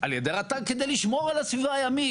על ידי רט"ג כדי לשמור על הסביבה הימית,